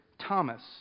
Thomas